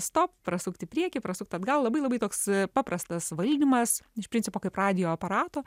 stop prasukti į priekį prasukti atgal labai labai toks paprastas valdymas iš principo kaip radijo aparato